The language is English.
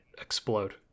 explode